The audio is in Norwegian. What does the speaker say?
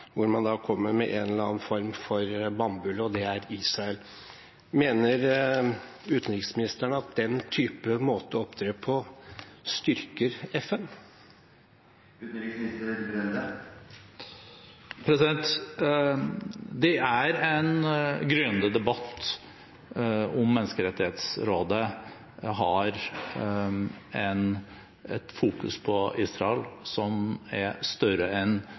hvor man da kommer med en eller annen form for bannbulle, og det er Israel. Mener utenriksministeren at den type måte å opptre på, styrker FN? Det er en gryende debatt om hvorvidt Menneskerettighetsrådet har et fokus på Israel som er større enn